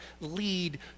lead